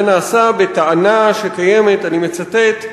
זה נעשה בטענה, שקיימת, אני מצטט: